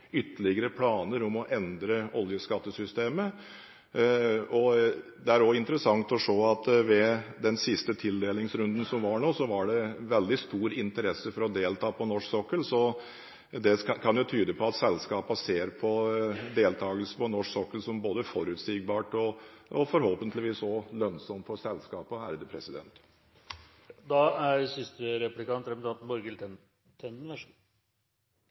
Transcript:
ytterligere planer om å endre oljeskattesystemet. Det er også interessant å se at ved den siste tildelingsrunden som var, var det veldig stor interesse for å delta på norsk sokkel. Det kan tyde på at selskapene ser på deltagelse på norsk sokkel som både forutsigbart og forhåpentligvis også lønnsomt for seg. Nytt tema: Venstre foreslår i dag flere endringer i momsreglene. Det gjør vi for å stimulere til sunnere kosthold og for å forenkle systemet. Så sa representanten